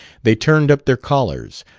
they turned up their collars,